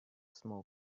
smoke